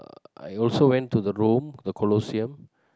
I also went to the Rome the Colosseum